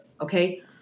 Okay